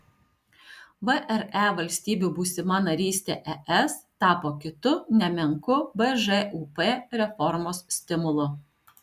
vre valstybių būsima narystė es tapo kitu nemenku bžūp reformos stimulu